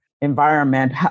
environment